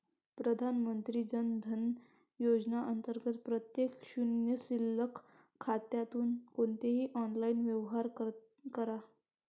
प्रधानमंत्री जन धन योजना अंतर्गत प्रत्येक शून्य शिल्लक खात्यातून कोणतेही ऑनलाइन व्यवहार करा